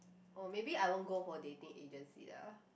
or maybe I won't go for dating agency lah